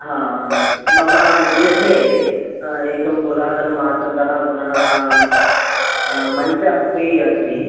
हा मम गृहे एकः पुरातनः आसन्दः पुनः मञ्चोपि अस्ति